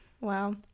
Wow